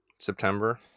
september